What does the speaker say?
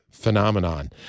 phenomenon